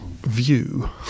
view